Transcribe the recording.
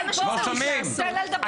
זה מה שצריך לעשות.